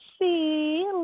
see